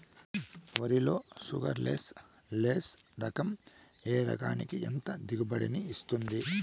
వరి లో sugarless less రకం ఎకరాకి ఎంత దిగుబడినిస్తుంది